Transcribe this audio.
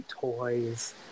toys